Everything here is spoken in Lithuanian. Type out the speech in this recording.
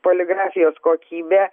poligrafijos kokybė